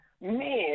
man